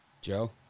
Joe